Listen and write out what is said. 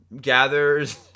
gathers